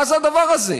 מה זה הדבר הזה?